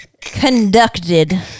conducted